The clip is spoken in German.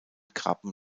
krabben